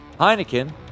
Heineken